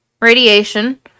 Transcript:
Radiation